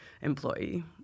employee